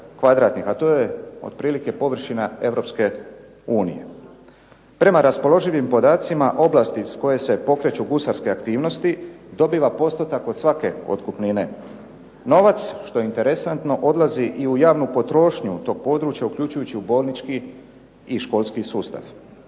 a to je otprilike površina Europske unije. Prema raspoloživim podacima oblasti iz koje se pokreću gusarske aktivnosti dobiva postotak od svake otkupnine. Novac što je interesantno odlazi i u javnu potrošnju tog područja, uključujući u bolnički i školski sustav.